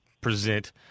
present